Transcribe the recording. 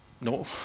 No